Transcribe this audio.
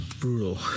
brutal